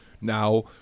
now